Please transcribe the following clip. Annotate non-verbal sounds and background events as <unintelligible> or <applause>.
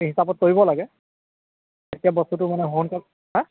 সেই হিচাপত কৰিব লাগে তেতিয়া বস্তুটো মানে <unintelligible>